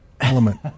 element